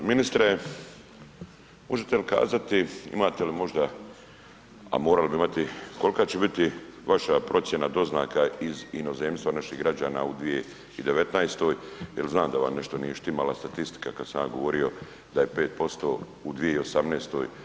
Ministre, možete li kazati, imate li možda, a morali bi imati, kolka će biti vaša procjena doznaka iz inozemstva naših građana u 2019. jel znam da vam nešto nije štimala statistika kad sam ja govorio da je 5% u 2018.